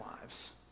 lives